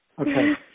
Okay